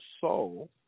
soul